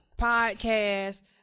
podcast